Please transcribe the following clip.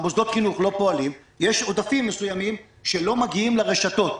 ומוסדות החינוך לא פועלים יש עודפים מסוימים שלא מגיעים לרשתות,